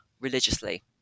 religiously